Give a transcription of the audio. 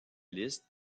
liste